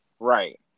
Right